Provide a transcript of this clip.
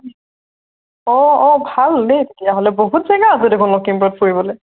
অঁ অঁ ভাল দেই তেতিয়াহ'লে বহুত জেগা আছে দেখোন লখিমপুৰত ফুৰিবলৈ